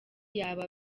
yaba